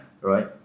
right